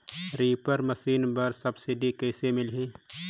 Reaper machine बर subsidy कइसे मिलही?